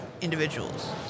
individuals